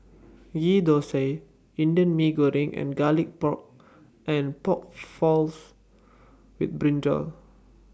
Ghee Thosai Indian Mee Goreng and Garlic Pork and Pork Floss with Brinjal